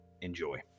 enjoy